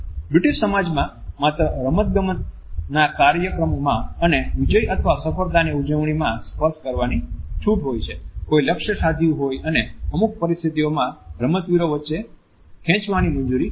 British સમાજમાં માત્ર રમતગમતના કાર્યક્રમોમાં અને વિજય અથવા સફળતાની ઉજવણીમાં સ્પર્શ કરવાની છૂટ હોય છે કોઈ લક્ષ્ય સાધ્યું હોય અને અમુક પરિસ્થિતિઓમાં રમતવીરો વચ્ચે ખેંચવાની મંજૂરી હોય છે